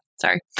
Sorry